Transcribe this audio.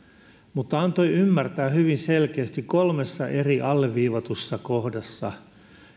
mutta antoi ymmärtää hyvin selkeästi kolmessa eri alleviivatussa kohdassa